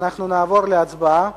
נעבור להצבעה